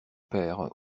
père